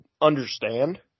understand